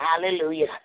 Hallelujah